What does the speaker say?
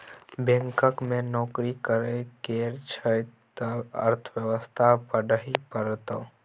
bank मे नौकरी करय केर छौ त अर्थव्यवस्था पढ़हे परतौ